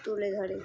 তুলে ধরে